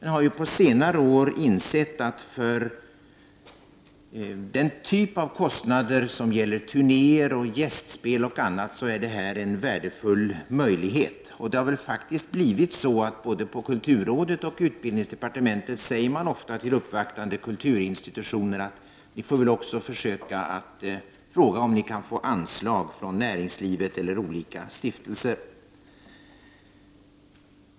Nu har de på senare år insett att detta är en värdefull möjlighet att täcka den typ av kostnader som gäller turnéer, gästspel och annat. Det har blivit så att man både hos kulturrådet och på utbildningsdepartementet ofta säger till uppvaktande kulturinstitutioner: Ni får också fråga om ni kan få anslag från näringslivet eller olika stiftelser.